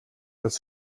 das